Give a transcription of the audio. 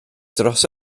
dros